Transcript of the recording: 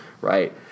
Right